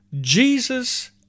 Jesus